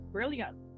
Brilliant